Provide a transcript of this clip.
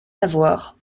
lavoir